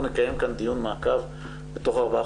אנחנו נקיים כאן דיון מעקב בתוך ארבעה